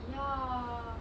ya